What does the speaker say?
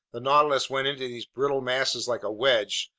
the nautilus went into these brittle masses like a wedge,